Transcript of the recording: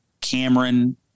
Cameron